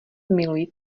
miluji